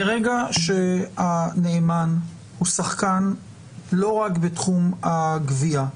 מרגע שהנאמן הוא שחקן לא רק בתחום הגבייה,